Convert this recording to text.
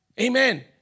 Amen